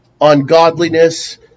ungodliness